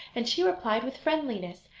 and she replied with friendliness,